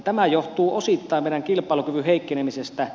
tämä johtuu osittain meidän kilpailukykymme heikkenemisestä